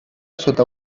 sota